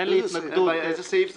אין לי התנגדות --- איזה סעיף זה?